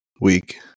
week